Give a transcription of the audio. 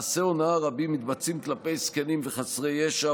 מעשי הונאה רבים מתבצעים כלפי הזקנים וחסרי הישע,